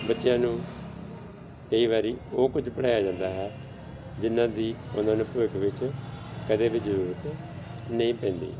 ਬੱਚਿਆਂ ਨੂੰ ਕਈ ਵਾਰੀ ਉਹ ਕੁਝ ਪੜ੍ਹਾਇਆ ਜਾਂਦਾ ਹੈ ਜਿਨ੍ਹਾਂ ਦੀ ਉਹਨਾਂ ਨੂੰ ਭਵਿੱਖ ਵਿੱਚ ਕਦੇ ਵੀ ਜ਼ਰੂਰਤ ਨਹੀਂ ਪੈਂਦੀ